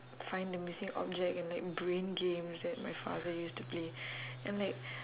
find the missing object and like brain games that my father used to play and like